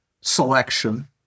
selection